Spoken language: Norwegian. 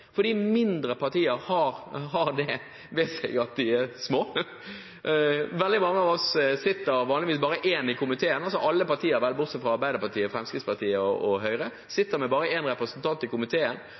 fordi mindre partier har det ved seg at de er små. Veldig mange av oss sitter vanligvis alene i komiteen. Alle partier bortsett fra Arbeiderpartiet, Fremskrittspartiet og Høyre